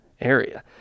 area